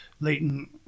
Leighton